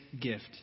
gift